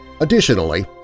Additionally